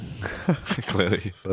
Clearly